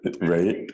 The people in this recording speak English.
Right